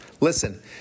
Listen